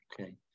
Okay